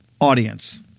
audience